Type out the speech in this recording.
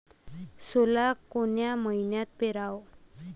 सोला कोन्या मइन्यात पेराव?